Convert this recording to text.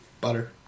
butter